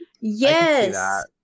Yes